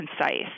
concise